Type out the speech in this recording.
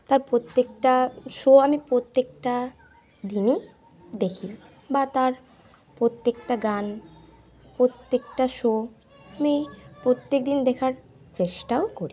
তার প্রত্যেকটা শো আমি প্রত্যেকটা দিনই দেখি বা তার প্রত্যেকটা গান প্রত্যেকটা শো আমি প্রত্যেক দিন দেখার চেষ্টাও করি